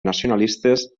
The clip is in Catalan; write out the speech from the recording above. nacionalistes